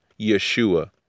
Yeshua